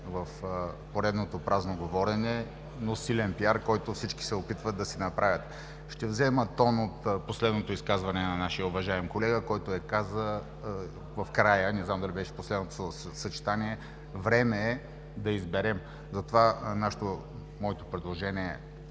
в поредното празно говорене, на усилен пиар, който всички се опитват да си направят. Ще взема тон от последното изказване на нашия уважаем колега, който каза в края, не зная дали беше в последното словосъчетание: „Време е да изберем!“, затова моето предложение е